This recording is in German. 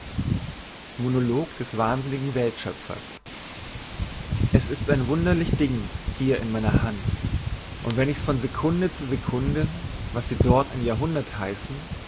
monolog des wahnsinnigen weltschöpfers es ist ein wunderlich ding hier in meiner hand und wenn ichs von sekunde zu sekunde was sie dort ein jahrhundert heißen